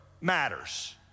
matters